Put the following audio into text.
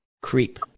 Creep